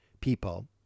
people